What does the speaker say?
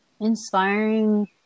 inspiring